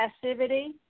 passivity